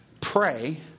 pray